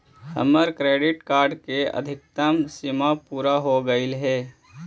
हमर credit card के अधिकतम सीमा पूरा हो गेलई हे